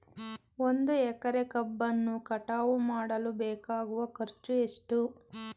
ಒಂದು ಎಕರೆ ಕಬ್ಬನ್ನು ಕಟಾವು ಮಾಡಲು ಬೇಕಾಗುವ ಖರ್ಚು ಎಷ್ಟು?